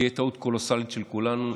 זו תהיה טעות קולוסאלית של כולנו.